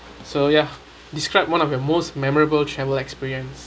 so ya describe one of your most memorable travel experience